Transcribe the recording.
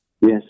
Yes